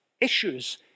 issues